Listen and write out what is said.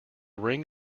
ring